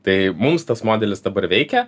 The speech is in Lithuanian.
tai mums tas modelis dabar veikia